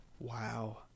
Wow